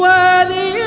Worthy